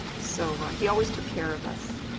so he always took care of us.